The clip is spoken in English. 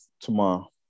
tomorrow